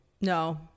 No